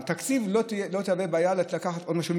התקציב לא יהווה בעיה לקחת עוד משהו.